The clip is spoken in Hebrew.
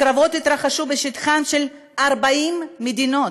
הקרבות התרחשו בשטחן של 40 מדינות,